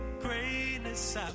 greatness